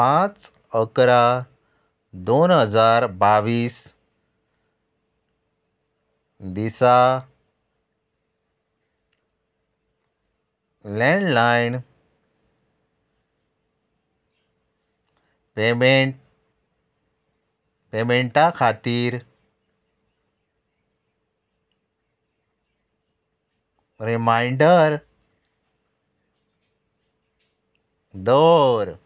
पांच अकरा दोन हजार बावीस दिसा लँडलायन पेमेंट पेमेंटा खातीर रिमांयडर दवर